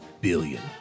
billion